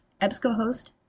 EBSCOhost